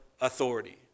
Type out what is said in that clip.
authority